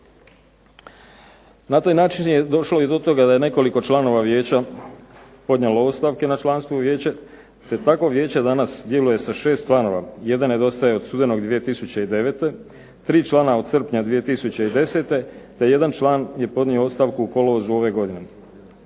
Na taj način je došlo i do toga da je nekoliko članova vijeća podnijelo ostavke na članstvo u vijeće te tako vijeće danas djeluje sa 6 članova, jedan nedostaje od studenog 2009., tri člana od srpnja 2010. te jedan član je podnio ostavku u kolovozu ove godine.